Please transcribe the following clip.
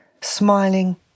smiling